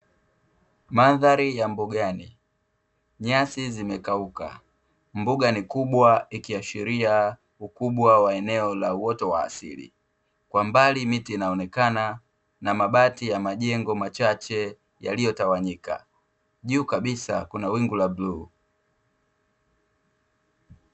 Mandhari ya mbugani; nyasi zimekauka mbuga ni kubwa ikiashiria ukubwa wa eneo la uoto wa asili. Kwa mbali miti inaonekana na mabati ya majengo machache yaliyotawanyika, juu kabisa kuna wingu la bluu.